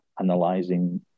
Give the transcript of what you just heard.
analyzing